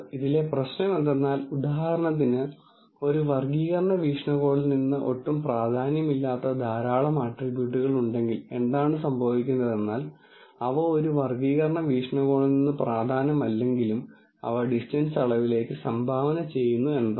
ഇതിലെ പ്രശ്നം എന്തെന്നാൽ ഉദാഹരണത്തിന് ഒരു വർഗ്ഗീകരണ വീക്ഷണകോണിൽ നിന്ന് ഒട്ടും പ്രാധാന്യമില്ലാത്ത ധാരാളം ആട്രിബ്യൂട്ടുകൾ ഉണ്ടെങ്കിൽ എന്താണ് സംഭവിക്കുന്നതെന്നാൽ അവ ഒരു വർഗ്ഗീകരണ വീക്ഷണകോണിൽ നിന്ന് പ്രധാനമല്ലെങ്കിലും അവ ഡിസ്റ്റൻസ് അളവിലേക്ക് സംഭാവന ചെയ്യുന്നു എന്നതാണ്